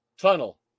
tunnel